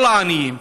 כל העניים,